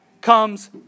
comes